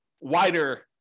wider